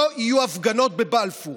לא יהיו הפגנות בבלפור.